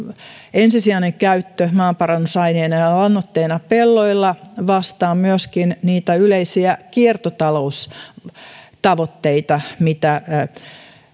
ensisijainen käyttö maanparannusaineena ja lannoitteena pelloilla vastaa myöskin niitä yleisiä kiertotaloustavoitteita mitä